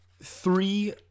three